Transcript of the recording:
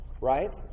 right